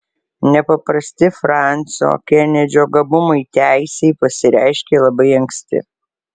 nepaprasti fransio kenedžio gabumai teisei pasireiškė labai anksti